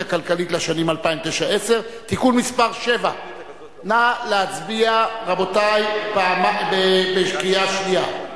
הכלכלית לשנים 2009 ו-2010) (תיקון מס' 7). נא להצביע בקריאה שנייה.